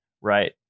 right